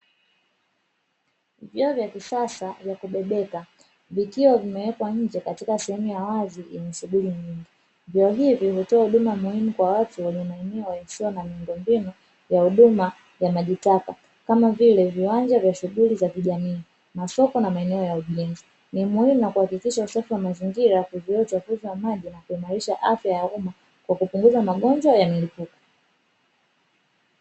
Vyoo vya kisasa vya kubebeka vikiwa vimewekwa nje katika sehemu ya wazi yenye shughuli nyingi. Vyoo hivyo hutoa huduma muhimu kwa watu wenye maeneo isiyo na miundo mbinu ya huduma ya majitaka kama vile, viwanja vya shughuli za kijamii, masoko na maeneo ya ujenzi. Ni muhimu na kuhakikisha usafi wa mazingira na kuzuia uchafuzi wa maji na kuimarisha afya ya umma kwa kupunguza magonjwa ya milipuko.